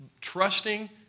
trusting